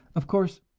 of course,